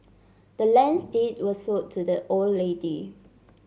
the land's deed was sold to the old lady